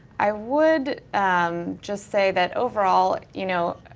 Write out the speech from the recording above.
i would just say that overall, you know,